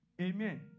Amen